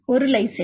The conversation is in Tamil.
ஒரு லைசின்